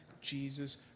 Jesus